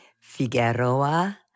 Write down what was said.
Figueroa